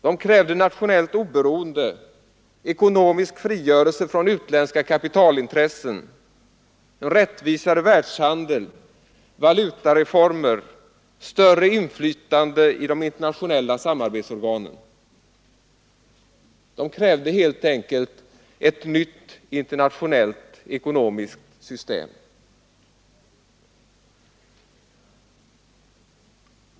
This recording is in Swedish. De krävde nationellt oberoende, ekonomisk frigörelse från utländska kapitalintressen, rättvisare världshandel, valutareformer, större inflytande i de internationella samarbetsorganen. De krävde helt enkelt ett nytt internationellt ekonomiskt system.